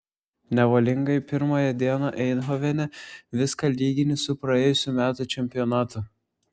nevalingai pirmąją dieną eindhovene viską lygini su praėjusių metų čempionatu